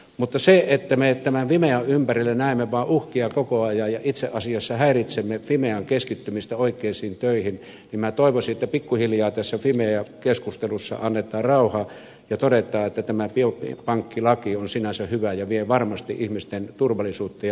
mutta kun me tämän fimean ympärillä näemme vain uhkia koko ajan ja itse asiassa häiritsemme fimean keskittymistä oikeisiin töihin niin minä toivoisin että pikkuhiljaa tässä fimea keskustelussa annetaan rauha ja todetaan että tämä biopankkilaki on sinänsä hyvä ja vie varmasti ihmisten turvallisuutta ja lääkekehitystä eteenpäin